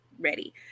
ready